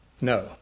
No